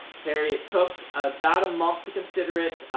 harriet took about a month to consider it,